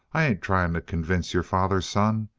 i ain't trying to convince your father's son.